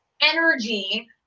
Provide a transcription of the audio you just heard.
energy